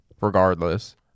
Regardless